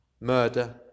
murder